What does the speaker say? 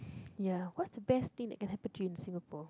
ya what's the best thing that can happen to you in Singapore